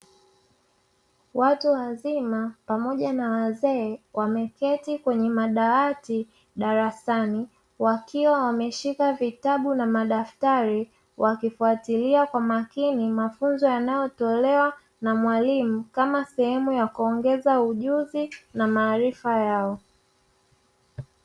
Watu wazima pamoja na wazee wameketi kwenye madawati darasani, wakiwa wameshika vitabu na madaftari wakifuatilia kwa makini mafunzo yanayotolewa na mwalimu, kama sehemu ya kuongeza ujuzi na maarifa yao.